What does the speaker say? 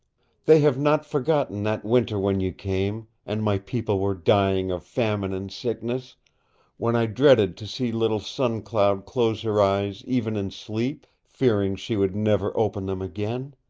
they have not forgotten that winter when you came, and my people were dying of famine and sickness when i dreaded to see little sun cloud close her eyes even in sleep, fearing she would never open them again.